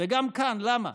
גם כאן, למה?